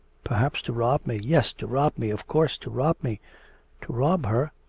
perhaps to rob me yes, to rob me, of course, to rob me to rob her,